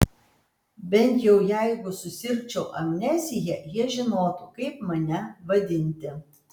bent jau jeigu susirgčiau amnezija jie žinotų kaip mane vadinti